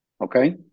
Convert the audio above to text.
Okay